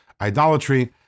idolatry